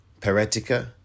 peretica